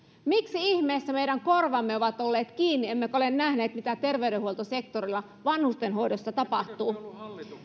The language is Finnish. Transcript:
miksi ihmeessä meidän korvamme ovat olleet kiinni emmekä ole nähneet mitä terveydenhuoltosektorilla vanhustenhoidossa tapahtuu